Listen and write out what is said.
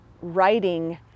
writing